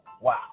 Wow